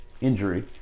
injury